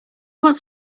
wants